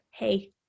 hey